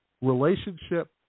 relationship